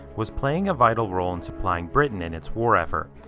was playing a vital role in supplying britain in its war effort.